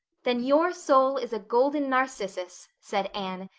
then your soul is a golden narcissus, said anne,